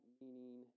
meaning